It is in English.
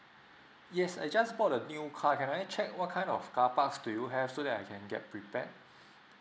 yes I just bought a new car can I check what kind of car parks do you have so that I can get prepared